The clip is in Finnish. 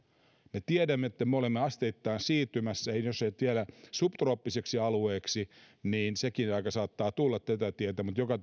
me tiedämme että me olemme asteittain siirtymässä jos ei nyt vielä subtrooppiseksi alueeksi sekin aika saattaa tulla tätä tietä mutta joka